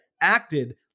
acted